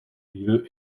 lieu